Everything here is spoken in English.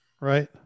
Right